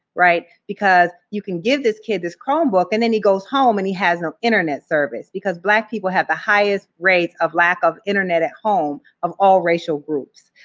right? because you can give this kid this chromebook, and then he goes home, and he has no internet service, because black people have the highest rates of lack of internet at home of all racial groups,